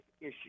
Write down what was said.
issue